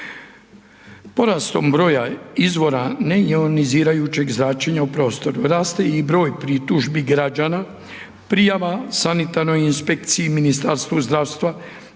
Porastom broja izvora neionizirajućeg zračenja u prostoru rate i broj pritužbi građana prijava sanitarnoj inspekciji Ministarstvu zdravstva